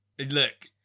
Look